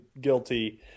guilty